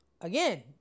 again